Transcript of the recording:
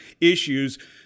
issues